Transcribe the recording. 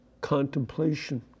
contemplation